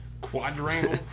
Quadrangle